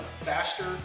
faster